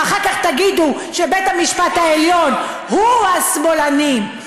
ואחר כך תגידו שבית המשפט העליון הוא השמאלני.